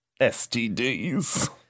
STDs